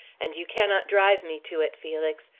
and you cannot drive me to it, felix.